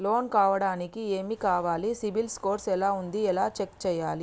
Loan కావడానికి ఏమి కావాలి సిబిల్ స్కోర్ ఎలా ఉంది ఎలా చెక్ చేయాలి?